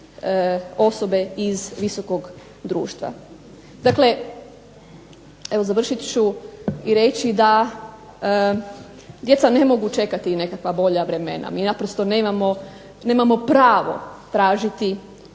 osobe iz visokog društva. Dakle evo završit ću i reći da djeca ne mogu čekati nekakva bolja vremena, mi naprosto nemamo pravo tražiti